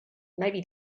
maybe